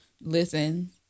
listen